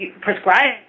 prescribe